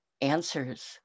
answers